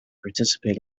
participate